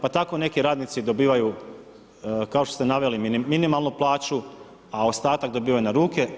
Pa tako neki radnici dobivaju, kao što ste naveli minimalnu plaću a ostatak dobivaju na ruke.